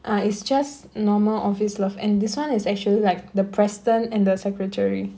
uh it's just normal office love and this one is actually like the president and the secretary